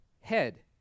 head